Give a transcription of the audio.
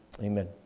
amen